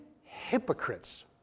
hypocrites